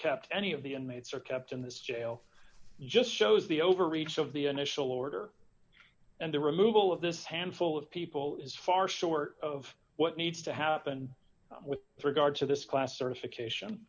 kept any of the inmates are kept in this jail just shows the overreach of the initial order and the removal of this handful of people is far short of what needs to happen with regard to this class certification